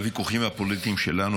לוויכוחים הפוליטיים שלנו,